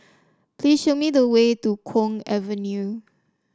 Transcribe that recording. please show me the way to Kwong Avenue